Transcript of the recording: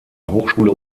hochschule